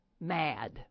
mad